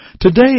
Today